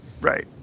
Right